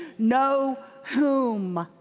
know whom.